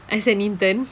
as an intern